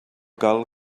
cal